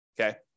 okay